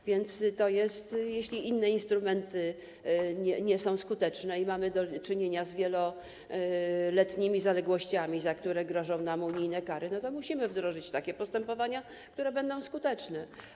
A więc jeśli inne instrumenty nie są skuteczne i mamy do czynienia z wieloletnimi zaległościami, za które grożą nam unijne kary, to musimy wdrożyć takie postępowania, które będą skuteczne.